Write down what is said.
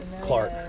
Clark